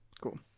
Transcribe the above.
Cool